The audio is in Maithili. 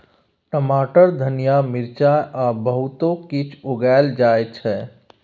टमाटर, धनिया, मिरचाई आ बहुतो किछ उगाएल जाइ छै